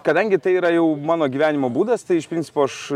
kadangi tai yra jau mano gyvenimo būdas tai iš principo aš